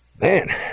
Man